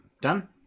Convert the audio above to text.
done